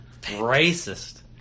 Racist